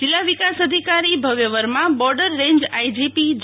જીલ્લા વિકાસ અધિકારી Bhavya Varma border range IGP જે